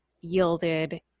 yielded